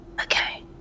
Okay